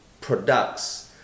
products